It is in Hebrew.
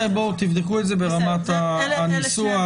תבדקו את זה ברמת הניסוח.